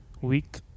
week